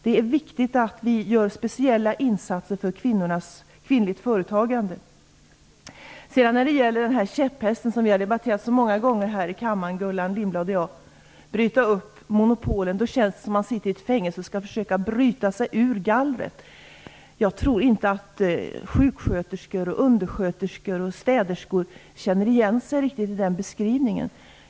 Det är viktigt att vi gör speciella insatser för kvinnligt företagande. När det sedan gäller den käpphäst som Gullan Lindblad och jag har diskuterat så många gånger här i kammaren vill jag säga att "ett uppbrytande av monopolen" känns som om man skulle sitta i fängelse och försöker bryta sig ut genom gallret. Jag tror inte att sjuksköterskor, undersköterskor och städerskor riktigt känner igen sig i den beskrivningen.